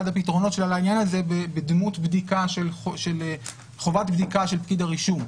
הפתרונות שלה לעניין הזה בדמות חובת בדיקה של פקיד הרישום.